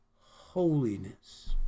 holiness